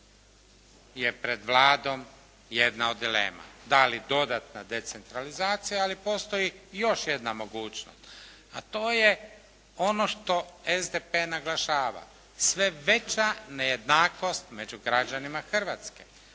je pred Vladom jedna od dilema, da li dodatna decentralizacija ali postoji i još jedna mogućnost, a to je ono što SDP naglašava, sve veća nejednakost među građanima Hrvatske.